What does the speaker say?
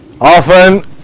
Often